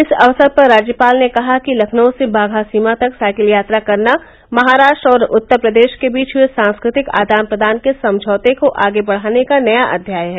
इस अक्सर पर राज्यपाल ने कहा कि लखनऊ से बाघा सीमा तक साइकिल यात्रा करना महाराष्ट्र और उत्तर प्रदेश के बीच हुये सांस्कृतिक आदान प्रदान के समझौते को आगे बढ़ाने का नया अध्याय है